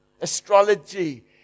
Astrology